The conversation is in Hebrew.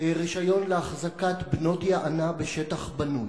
רשיון להחזקת בנות יענה בשטח בנוי.